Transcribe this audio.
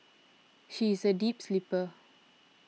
she is a deep sleeper